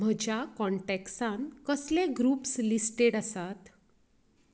म्हज्या कॉन्टॅक्सांत कसले ग्रुप्स लिस्टेड आसात